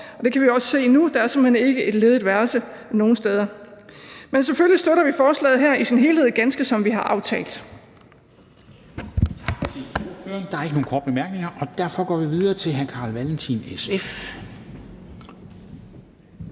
det kan vi også se nu, for der er simpelt hen ikke et ledigt værelse nogen steder. Men selvfølgelig støtter vi forslaget her i sin helhed, ganske som vi har aftalt.